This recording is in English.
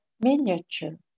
miniature